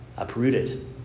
Uprooted